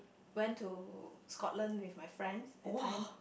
went to Scotland with my friends that time